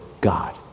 God